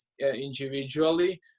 individually